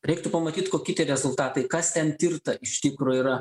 reiktų pamatyt koki tie rezultatai kas ten tirta iš tikro yra